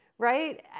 right